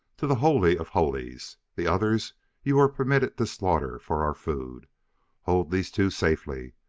to the holy of holies. the others you were permitted to slaughter for our food hold these two safely.